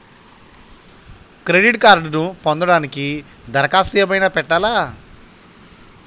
Credit కార్డ్ను పొందటానికి దరఖాస్తు ఏమయినా పెట్టాలా?